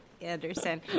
Anderson